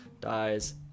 dies